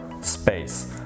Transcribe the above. space